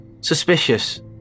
Suspicious